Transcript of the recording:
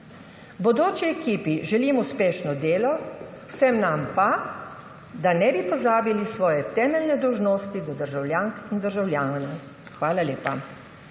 Bodoči ekipi želim uspešno delo, vsem nam pa, da ne bi pozabili svoje temeljne dolžnosti do državljank in državljanov. Hvala lepa.